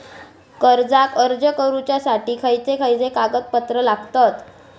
कर्जाक अर्ज करुच्यासाठी खयचे खयचे कागदपत्र लागतत